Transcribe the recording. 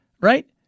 right